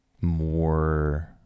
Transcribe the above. more